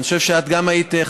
אני חושב שאת גם היית,